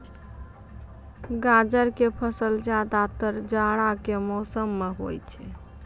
गाजर के फसल ज्यादातर जाड़ा के मौसम मॅ होय छै